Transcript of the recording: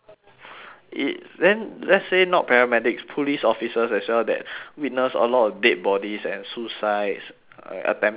it then let's say not paramedics police officers as well that witness a lot of dead bodies and suicides uh attempted all that